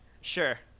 Sure